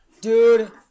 dude